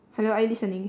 hello are you listening